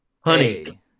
Honey